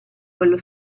quello